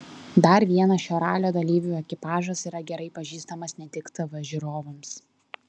dar vienas šio ralio dalyvių ekipažas yra gerai pažįstamas ne tik tv žiūrovams